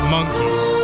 Monkeys